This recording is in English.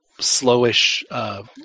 slowish